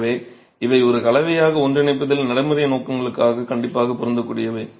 எனவே இவை ஒரு கலவையாக ஒன்றிணைப்பதில் நடைமுறை நோக்கங்களுக்காக கண்டிப்பாக பொருந்தக்கூடியவை